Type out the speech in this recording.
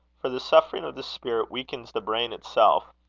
for the suffering of the spirit weakens the brain itself,